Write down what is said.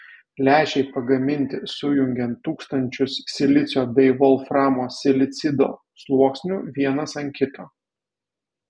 lęšiai pagaminti sujungiant tūkstančius silicio bei volframo silicido sluoksnių vienas ant kito